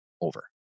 over